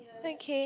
okay